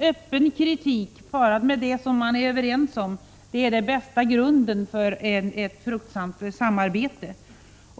öppen kritik tillsammans med det som man är överens om är den bästa grunden för ett fruktbart samarbete.